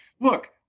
look